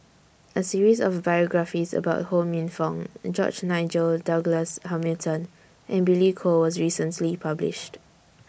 A series of biographies about Ho Minfong George Nigel Douglas Hamilton and Billy Koh was recently published